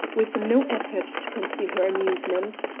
with no effort to conceal her amusement.